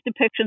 depictions